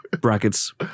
brackets